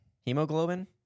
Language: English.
Hemoglobin